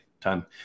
time